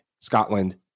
Scotland